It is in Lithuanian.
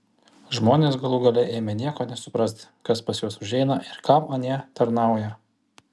žmonės galų gale ėmė nieko nesuprasti kas pas juos užeina ir kam anie tarnauja